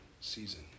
season